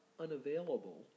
Unavailable